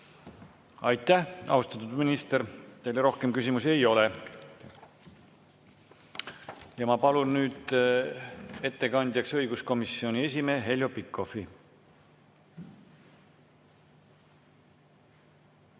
Aitäh, austatud minister! Teile rohkem küsimusi ei ole. Ma palun nüüd ettekandjaks õiguskomisjoni esimehe Heljo Pikhofi.